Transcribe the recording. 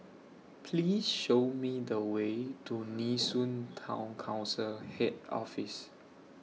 Please Show Me The Way to Nee Soon Town Council Head Office